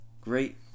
great